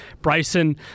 Bryson